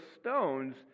stones